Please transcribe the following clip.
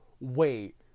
wait